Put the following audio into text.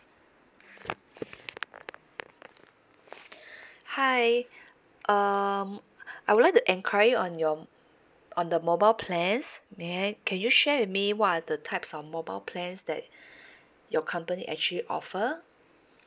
hi um I would like to enquiry on your on the mobile plans may I can you share with me what are the types of mobile plans that your company actually offer